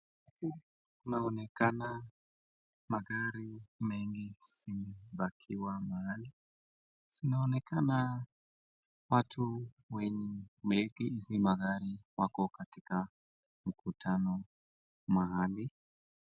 Huku inaonekana magari mengi zimepakiwa mahali. Zinaonekana watu wenye wa hizi magari wako katika mkutano mahali.